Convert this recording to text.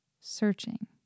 searching